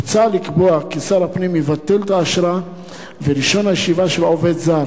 הוצע לקבוע כי שר הפנים יבטל את האשרה ורשיון הישיבה של עובד זר